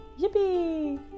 Yippee